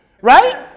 Right